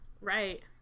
right